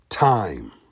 Time